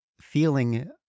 feeling